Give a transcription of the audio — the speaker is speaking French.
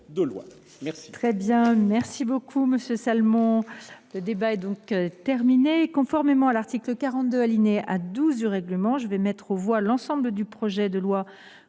Merci